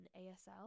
ASL